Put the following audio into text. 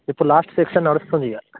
ఇప్పుడు last section నడుస్తుంది ఇక